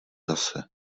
zase